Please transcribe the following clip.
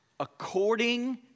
According